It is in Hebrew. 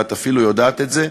ואת אפילו יודעת את זה,